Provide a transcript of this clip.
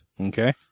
Okay